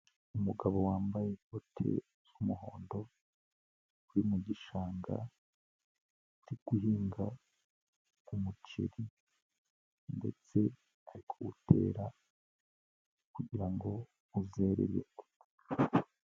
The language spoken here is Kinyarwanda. Umugabo wambaye ikoti ry'umuhondo uri mu gishanga ari guhinga umuceri ndetse akawutera kugira ngo uzere.